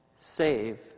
Save